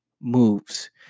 moves